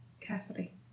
carefully